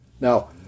Now